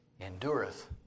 endureth